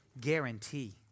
Guarantee